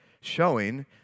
showing